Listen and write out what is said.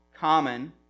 common